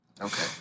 okay